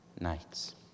nights